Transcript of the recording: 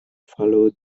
follow